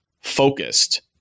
focused